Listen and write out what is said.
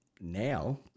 now